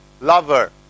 lover